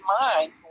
mind